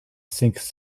seeks